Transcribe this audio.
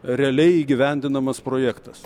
realiai įgyvendinamas projektas